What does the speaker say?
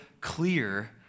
clear